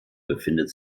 befindet